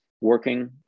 working